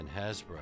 Hasbro